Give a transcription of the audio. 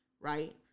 Right